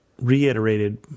reiterated